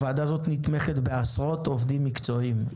הוועדה הזאת נתמכת בעשרות עובדים מקצועיים.